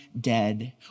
dead